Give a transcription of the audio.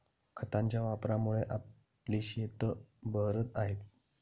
खतांच्या वापरामुळे आपली शेतं बहरत आहेत